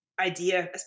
idea